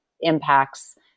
impacts